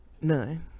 none